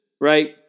right